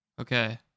Okay